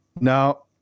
Now